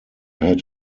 had